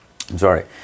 sorry